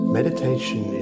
Meditation